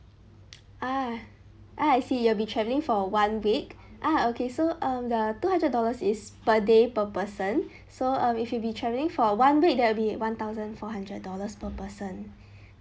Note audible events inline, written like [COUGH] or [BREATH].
ah I see you will be travelling for one week [BREATH] ah okay so um the two hundred dollars is per day per person [BREATH] so um if you be travelling for one week there will be one thousand four hundred dollars per person